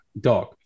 dog